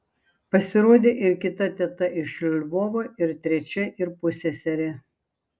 pasirodė ir kita teta iš lvovo ir trečia ir pusseserė